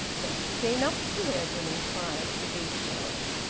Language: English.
what's he been up to? edwin inquired for details.